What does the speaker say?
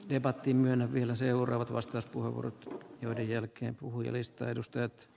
debatti myönnä vielä seuraavat vastauspuheenvuorot joiden jälkeen puhujalistan asia